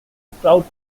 sprout